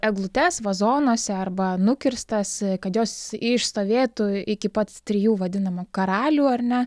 eglutes vazonuose arba nukirstas kad jos išstovėtų iki pat trijų vadinamų karalių ar ne